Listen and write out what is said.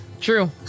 true